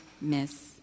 miss